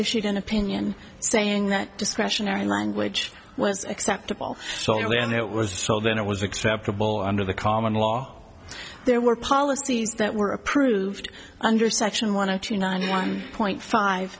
issued an opinion saying that discretionary language was acceptable solely and that was the sole then it was acceptable under the common law there were policies that were approved under section one of two ninety one point five